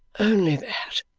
only that